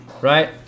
Right